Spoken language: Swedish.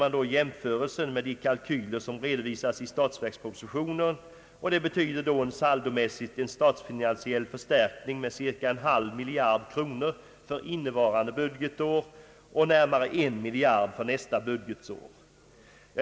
Vid en jämförelse med kalkylerna i statsverkspropositionen innebär detta saldomässigt en statsfinansiell förstärkning med cirka en halv miljard kronor för innevarande budgetår och närmare en miljard kronor för nästa budgetår.